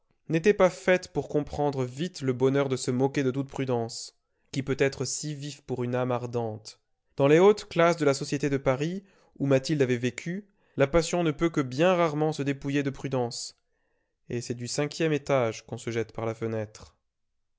n'était pas faite pour comprendre vite le bonheur de se moquer de toute prudence qui peut être si vif pour une âme ardente dans les hautes classes de la société de paris où mathilde avait vécu la passion ne peut que bien rarement se dépouiller de prudence et c'est du cinquième étage qu'on se jette par la fenêtre